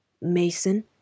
Mason